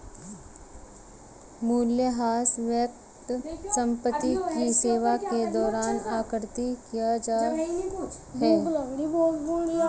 मूल्यह्रास व्यय संपत्ति की सेवा के दौरान आकृति किया जाता है